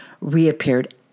reappeared